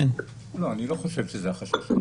אני לא חושב שזה החשש העיקרי.